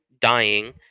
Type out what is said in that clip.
dying